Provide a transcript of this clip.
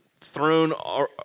thrown